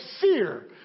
fear